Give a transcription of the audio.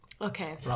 Okay